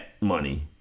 money –